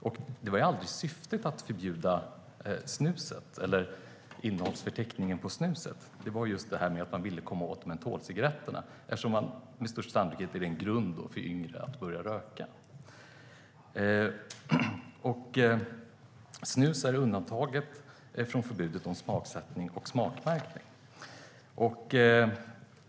Syftet var aldrig att förbjuda snuset eller innehållsförteckningen på det, utan man ville komma åt just mentolcigarretterna eftersom de med största sannolikhet är en anledning till att yngre börjar röka. Snus är undantaget från förbudet om smaksättning och smakmärkning.